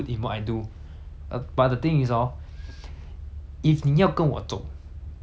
if 你要跟我走 then 你要你就要开始跑 liao